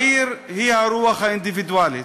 העיר היא הרוח האינדיבידואלית.